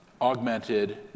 augmented